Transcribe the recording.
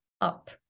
up